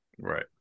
Right